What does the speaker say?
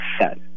set